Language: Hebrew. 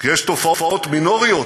כי יש תופעות מינוריות.